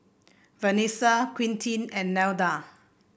Vanesa Quintin and Nelda